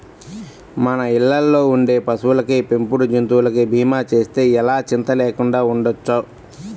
మన ఇళ్ళల్లో ఉండే పశువులకి, పెంపుడు జంతువులకి భీమా చేస్తే ఎలా చింతా లేకుండా ఉండొచ్చు